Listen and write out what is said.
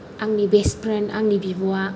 आंनि best friend आंनि बिब'आ